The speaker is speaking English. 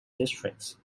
districts